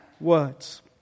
words